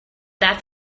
that